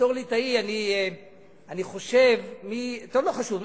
בתור ליטאי אני חושב, טוב, לא חשוב.